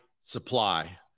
supply